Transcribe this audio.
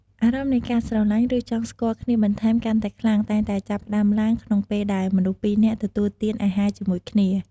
អារម្មណ៍នៃការស្រឡាញ់ ឬចង់ស្គាល់គ្នាបន្ថែមកាន់តែខ្លាំង តែងតែចាប់ផ្តើមឡើងក្នុងពេលដែលមនុស្សពីនាក់ទទួលទានអាហារជាមួយគ្នា។